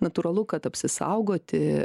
natūralu kad apsisaugoti